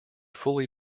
fully